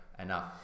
enough